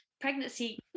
Pregnancy